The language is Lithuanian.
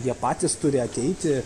jie patys turi ateiti